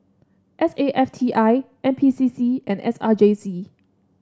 S A F T I N P C C and S R J C